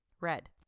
Red